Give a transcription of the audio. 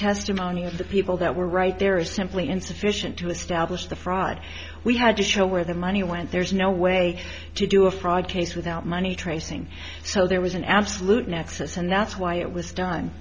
testimony of the people that were right there is simply insufficient to establish the fraud we had to show where the money went there's no way to do a fraud case without money tracing so there was an absolute nexus and that's why it was done